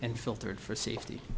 and filtered for safety